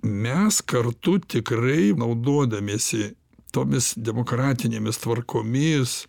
mes kartu tikrai naudodamiesi tomis demokratinėmis tvarkomis